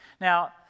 Now